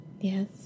Yes